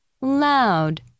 loud